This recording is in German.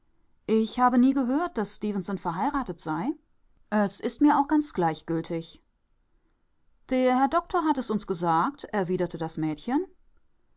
ich habe nie gehört daß stefenson verheiratet sei es ist mir auch ganz gleichgültig der herr doktor hat es uns gesagt erwiderte das mädchen